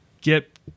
get